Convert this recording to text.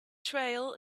trail